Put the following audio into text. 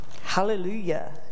hallelujah